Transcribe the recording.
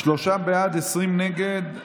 שלושה בעד, 20 נגד.